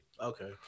Okay